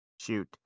shoot